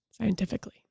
scientifically